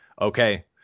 Okay